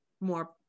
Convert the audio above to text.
more